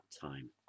time